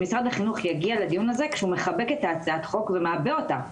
שמשרד החינוך יגיע לדיון הזה כשהוא מחבק את הצעת החוק ומעבה אותה.